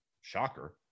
shocker